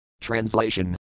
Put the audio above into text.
Translation